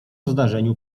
zdarzeniu